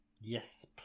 Yes